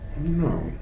No